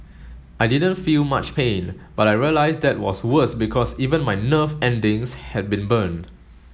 I didn't feel much pain but I realised that was worse because even my nerve endings had been burned